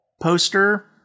poster